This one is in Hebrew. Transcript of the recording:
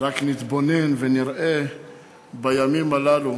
ורק נתבונן ונראה בימים הללו